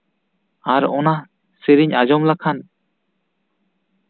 ᱟᱨ ᱚᱱᱟ ᱥᱮᱨᱮᱧ ᱟᱸᱡᱚᱢ ᱞᱮᱠᱷᱟᱱ